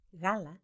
Gala